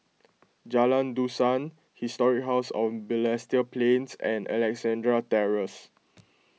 Jalan Dusan Historic House of Balestier Plains and Alexandra Terrace